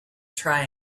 try